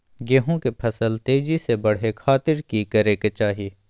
गेहूं के फसल तेजी से बढ़े खातिर की करके चाहि?